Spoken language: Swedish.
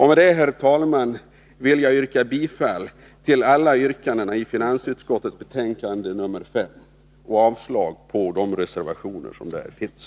Med detta, herr talman, vill jag yrka bifall till alla yrkanden i finansutskottets betänkande 45 och avslag på de reservationer som där finns.